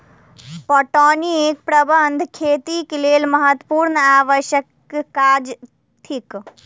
पटौनीक प्रबंध खेतीक लेल महत्त्वपूर्ण आ आवश्यक काज थिक